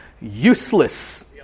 useless